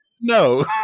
No